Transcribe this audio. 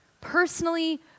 personally